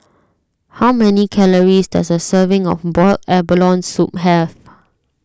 how many calories does a serving of Boiled Abalone Soup have